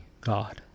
God